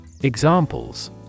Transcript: Examples